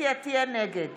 נגד